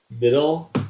Middle